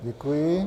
Děkuji.